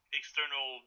external